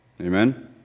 Amen